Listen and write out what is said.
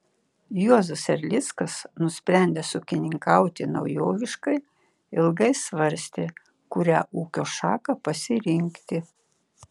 juozas erlickas nusprendęs ūkininkauti naujoviškai ilgai svarstė kurią ūkio šaką pasirinkti